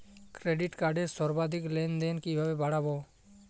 Credit কার্ডের সর্বাধিক লেনদেন কিভাবে বাড়াবো?